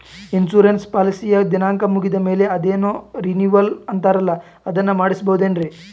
Insurance ಪಾಲಿಸಿಯ ದಿನಾಂಕ ಮುಗಿದ ಮೇಲೆ ಅದೇನೋ ರಿನೀವಲ್ ಅಂತಾರಲ್ಲ ಅದನ್ನು ಮಾಡಿಸಬಹುದೇನ್ರಿ?